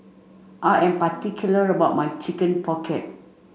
I am particular about my chicken pocket